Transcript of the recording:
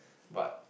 but